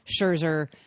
Scherzer